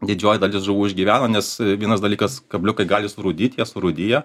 didžioji dalis žuvų išgyveno nes vienas dalykas kabliukai gali surūdyt jie surūdija